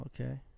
okay